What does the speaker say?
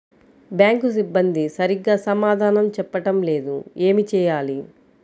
Bank సిబ్బంది సరిగ్గా సమాధానం చెప్పటం లేదు ఏం చెయ్యాలి?